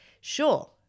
sure